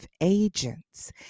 agents